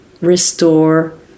restore